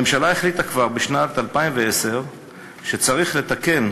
הממשלה החליטה כבר בשנת 2010 שצריך לתקן